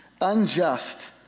unjust